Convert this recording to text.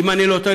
אם אני לא טועה,